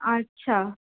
আচ্ছা